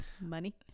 money